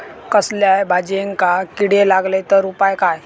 कसल्याय भाजायेंका किडे लागले तर उपाय काय?